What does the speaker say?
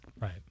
Right